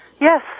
Yes